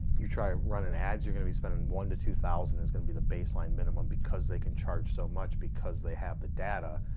you try running ads, you're gonna be spending one to two thousand is gonna be the baseline minimum, because they can charge so much, because they have the data,